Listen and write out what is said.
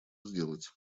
сделать